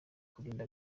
kurinda